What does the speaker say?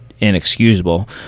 inexcusable